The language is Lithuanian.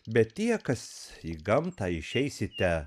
bet tie kas į gamtą išeisite